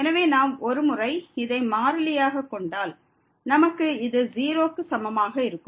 எனவே நாம் ஒருமுறை இதை மாறிலியாக கொண்டால் நமக்கு இது 0 க்கு சமமாக இருக்கும்